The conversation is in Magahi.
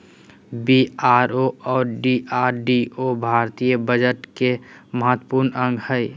बी.आर.ओ और डी.आर.डी.ओ भारतीय बजट के महत्वपूर्ण अंग हय